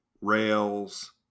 Rails